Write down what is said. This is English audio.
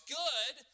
good